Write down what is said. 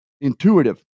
intuitive